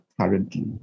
currently